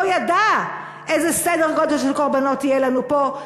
ידע איזה סדר-גודל של קורבנות יהיה לנו פה.